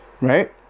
right